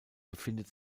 befindet